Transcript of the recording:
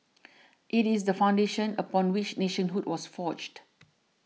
it is the foundation upon which nationhood was forged